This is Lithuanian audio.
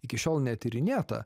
iki šiol netyrinėta